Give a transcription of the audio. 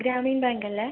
Gramin bank അല്ലേ